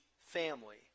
family